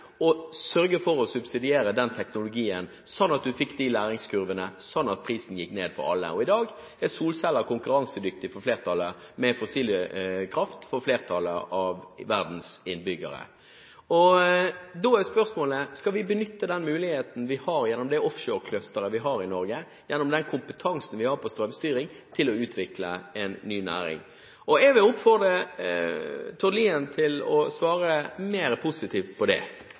for å subsidiere den teknologien, slik at en fikk de læringskurvene som gjorde at prisen gikk ned for alle. I dag er solceller konkurransedyktig med fossil kraft for flertallet av verdens innbyggere. Da er spørsmålet: Skal vi benytte den muligheten vi har gjennom den offshore-clusteren vi har i Norge, gjennom den kompetansen vi har på strømstyring, til å utvikle en ny næring? Jeg vil oppfordre Tord Lien til å svare mer positivt på det.